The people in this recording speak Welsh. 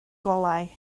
golau